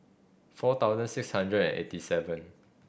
four thousand six hundred and eighty seven